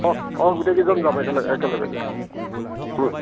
অঁ অঁ গোটেই কেইজন যাম একেলগে একলগে যাম